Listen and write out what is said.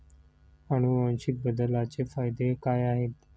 अनुवांशिक बदलाचे फायदे काय आहेत?